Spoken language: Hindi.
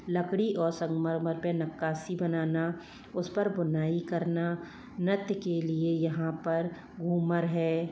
लकड़ी और संगमरमर पर नक्काशी बनाना उस पर बुनाई करना नृत्य के लिए यहाँ पर घूमर है